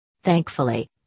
Thankfully